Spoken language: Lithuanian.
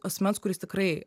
asmens kuris tikrai